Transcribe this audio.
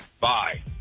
Bye